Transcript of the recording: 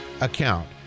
account